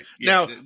Now